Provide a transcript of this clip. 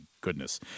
goodness